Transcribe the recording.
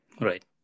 Right